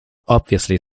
obviously